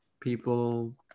people